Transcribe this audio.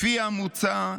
לפי המוצע,